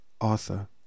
Arthur